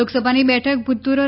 લોકસભાની બેઠક ભૂતપૂર્વ